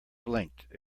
blinked